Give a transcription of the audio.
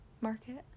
market